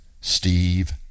steve